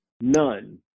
None